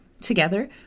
Together